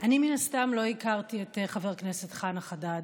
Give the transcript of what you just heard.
אני מן הסתם לא הכרתי את חבר הכנסת חנא חדד,